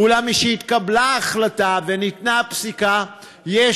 אולם משהתקבלה ההחלטה וניתנה הפסיקה יש